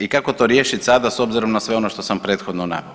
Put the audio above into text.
I kako to riješiti sada s obzirom na sve ono što sam prethodno naveo?